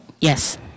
yes